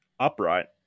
upright